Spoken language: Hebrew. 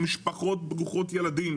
במשפחות ברוכות ילדים.